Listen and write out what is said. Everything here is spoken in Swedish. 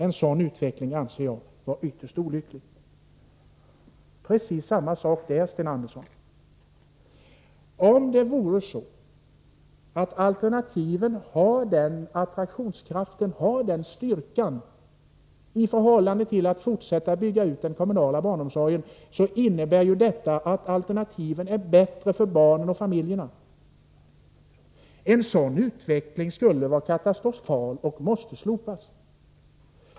En sådan utveckling anser jag vara ytterst olycklig. Precis samma sak där, Sten Andersson. Om det vore så, att alternativen har den attraktionskraften, den styrkan, i förhållande till fortsatt utbyggnad av den kommunala barnomsorgen, innebär ju detta att alternativen är bättre för barnen och barnfamiljerna. En sådan utveckling skulle alltså vara katastrofal och måste slopas!